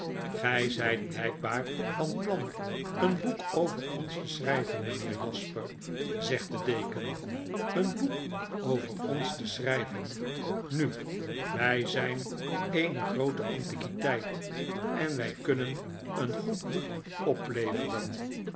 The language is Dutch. zyt blykbaar van plan een boek over ons te schryven mynheer jasper zegt de deken een boek over ons te schrijven nu wij zyn eene groote antiquiteit en we kunnen een goed boek opleveren